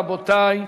רבותי,